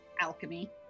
alchemy